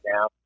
now